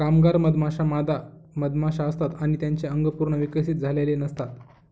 कामगार मधमाश्या मादा मधमाशा असतात आणि त्यांचे अंग पूर्ण विकसित झालेले नसतात